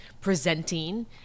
presenting